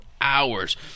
hours